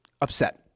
upset